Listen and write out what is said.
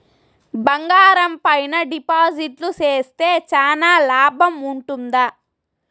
బంగారం పైన డిపాజిట్లు సేస్తే చానా లాభం ఉంటుందా?